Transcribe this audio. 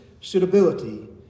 suitability